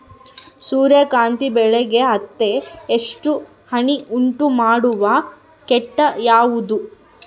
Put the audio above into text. ಸೂರ್ಯಕಾಂತಿ ಬೆಳೆಗೆ ಅತೇ ಹೆಚ್ಚು ಹಾನಿ ಉಂಟು ಮಾಡುವ ಕೇಟ ಯಾವುದು?